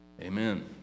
Amen